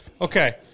Okay